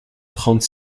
trente